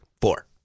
Four